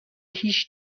هیچ